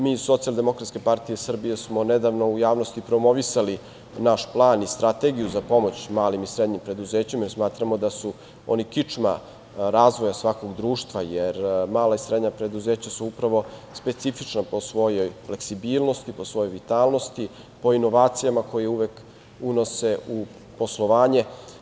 Mi iz SDPS smo nedavno u javnosti promovisali naš plan i strategiju za pomoć malim i srednji preduzećima, jer smatramo da su oni kičma razvoja svakog društva, jer mala i srednja preduzeća su upravo specifičan po svojoj fleksibilnosti, po svojoj vitalnosti, po inovacijama koje uvek unose u poslovanje.